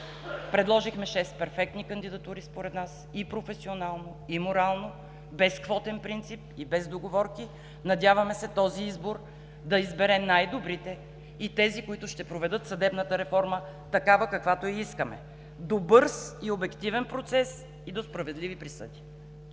Предложихме шест перфектни кандидатури според нас. И професионално, и морално, без квотен принцип и без договорки се надяваме този избор да избере най-добрите и тези, които ще проведат съдебната реформа такава, каквато я искаме – до бърз и обективен процес и до справедливи присъди.